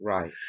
Right